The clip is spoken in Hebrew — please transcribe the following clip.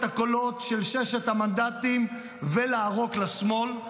הקולות של ששת המנדטים ולערוק לשמאל.